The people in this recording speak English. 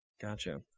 Gotcha